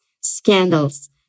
scandals